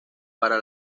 para